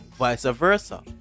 vice-versa